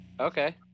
Okay